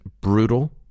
brutal